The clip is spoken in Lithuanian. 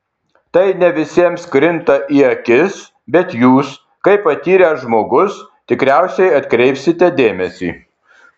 tai ne visiems krinta į akis bet jūs kaip patyręs žmogus tikriausiai atkreipsite dėmesį